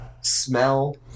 smell